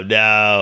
no